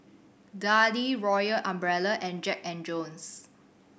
Darlie Royal Umbrella and Jack and Jones